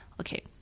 Okay